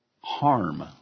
harm